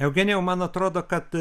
eugenijau man atrodo kad